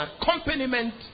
accompaniment